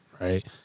right